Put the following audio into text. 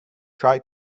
try